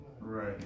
Right